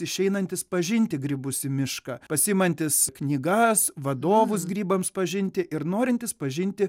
išeinantys pažinti grybus į mišką pasiimantys knygas vadovus grybams pažinti ir norintys pažinti